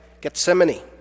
Gethsemane